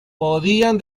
podían